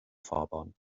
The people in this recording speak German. fahrbahn